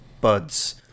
buds